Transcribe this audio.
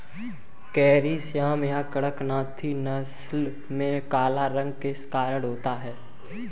Carry श्यामा या कड़कनाथी नस्ल में काला रंग किस कारण होता है?